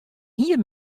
hier